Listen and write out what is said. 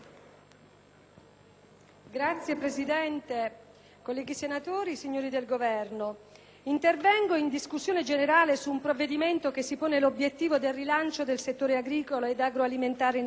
Signor Presidente, colleghi senatori, signori del Governo, intervengo in discussione generale su un provvedimento che si pone l'obiettivo del rilancio del settore agricolo ed agroalimentare in Italia.